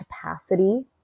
capacity